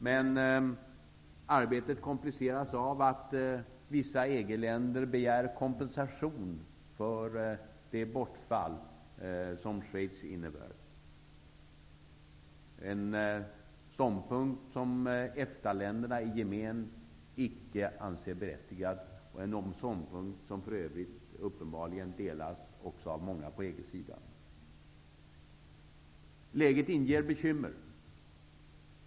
Men arbetet kompliceras av att vissa EG länder begär kompensation för det bortfall som Schweiz utgör. Det är en ståndpunkt som EFTA länderna i gemen icke anser berättigad och en ståndpunkt som uppenbarligen också delas av många på EG-sidan. Läget inger bekymmer.